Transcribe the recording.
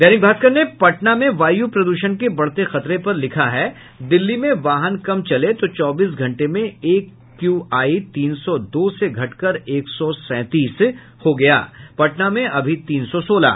दैनिक भास्कर ने पटना में वायु प्रदूषण के बढ़ते खतरे पर लिखा है दिल्ली में वाहन कम चले तो चौबीस घटे में एक्यूआई तीन सौ दो से घटकर एक सौ सैंतीस हो गया पटना में अभी तीन सौ सोलह